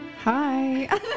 Hi